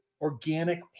organic